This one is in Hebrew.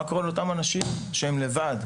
מה קורה עם אותם אנשים שהם לבד?